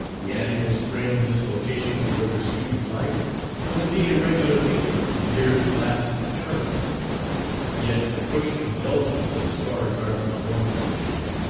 the annual spring dislocation of ordered student life was indeed a regular feature of the year's last term yet to push indulgence as far as arthur lemoyne was pushing it!